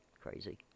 crazy